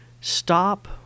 stop